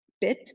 bit